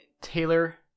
Taylor